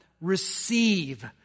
Receive